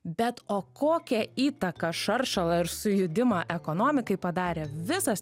bet o kokią įtaką šaršalą ir sujudimą ekonomikai padarė visas